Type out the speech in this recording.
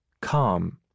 calm